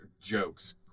jokes